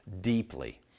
deeply